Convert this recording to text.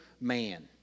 man